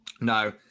No